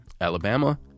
Alabama